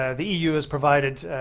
ah the eu has provided